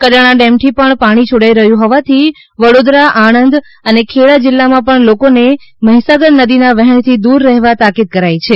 Kadana dam થી પણ પાણી છોડાઈ રહ્યું હોવાથી વડોદરા આણંદ અને ખેડા જિલ્લા માં લોકો ને મહીસાગર નદી ના વહેણ થી દૂર રહેવા તાકીદ કરાઇ છે